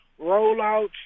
rollouts